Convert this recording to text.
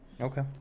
Okay